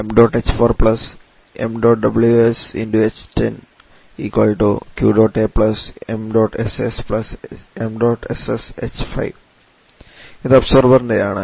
ഇത് അബ്സോർബർൻറെ ആണ്